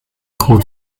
code